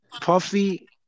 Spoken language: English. puffy